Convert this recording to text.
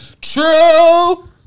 True